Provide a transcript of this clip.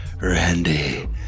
Randy